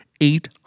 eight